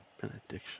Benediction